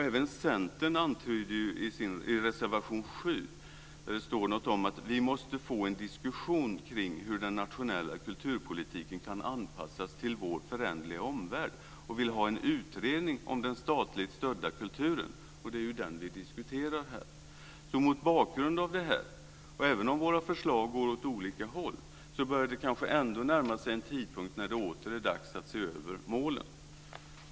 Även Centern gör antydningar. I reservation 7 står det att vi måste få en diskussion kring hur den nationella kulturpolitiken kan anpassas till vår föränderliga omvärld. Man vill ha en utredning om den statligt stödda kulturen. Det är den vi diskuterar här. Mot bakgrund av detta, och även om våra förslag går åt olika håll, börjar det kanske närma sig en tidpunkt när det åter är dags att se över målen.